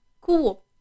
cool